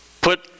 put